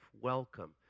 welcome